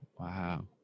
wow